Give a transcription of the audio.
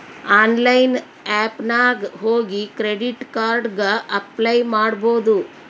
online app ನಾಗ್ ಹೋಗಿ credit card ಗ ಅಪ್ಲೈ ಮಾಡ್ಬೋದು